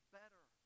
better